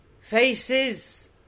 Faces